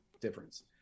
difference